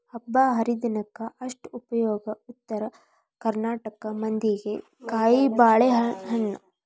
ಹಬ್ಬಾಹರಿದಿನಕ್ಕ ಅಷ್ಟ ಉಪಯೋಗ ಉತ್ತರ ಕರ್ನಾಟಕ ಮಂದಿಗೆ ಕಾಯಿಬಾಳೇಹಣ್ಣ